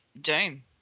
Doom